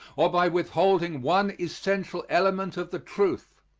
or by withholding one essential element of the truth.